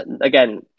Again